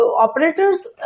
operators